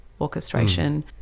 orchestration